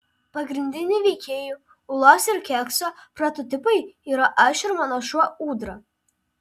pagrindinių veikėjų ūlos ir kekso prototipai yra aš ir mano šuo ūdra